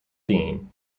dean